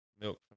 milk